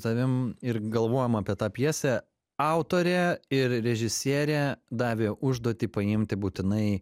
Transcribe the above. tavim ir galvojam apie tą pjesę autorė ir režisierė davė užduotį paimti būtinai